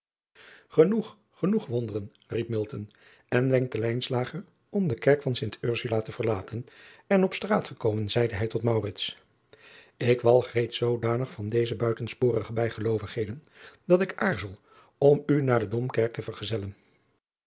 enoeg genoeg wonderen riep en wenkte om de kerk van t rsula te verlaten en op straat gekomen zeide hij tot k walg reeds zoodanig van deze buitensporige bijgeloovigheden dat ik aarzel om u naar de omkerk te vergezellen